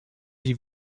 die